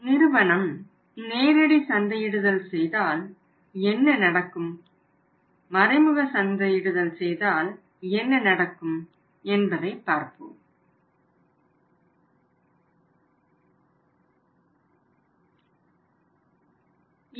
நிறுவனம் நேரடி சந்தையிடுதல் செய்தால் என்ன நடக்கும் மறைமுக சந்தையிடுதல் செய்தால் என்ன நடக்கும் என்பதை பார்ப்போம்